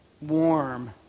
warm